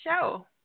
show